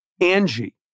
Angie